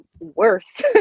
worse